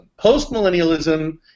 Postmillennialism